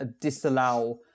disallow